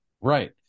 Right